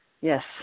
Yes